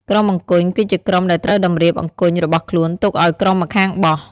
ក្រុមអង្គញ់ គឺជាក្រុមដែលត្រូវតម្រៀបអង្គញ់របស់ខ្លួនទុកឲ្យក្រុមម្ខាងបោះ ។